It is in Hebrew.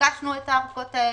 וביקשנו את הארכות האלה.